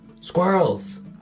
squirrels